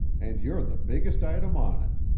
and you're the biggest item on it.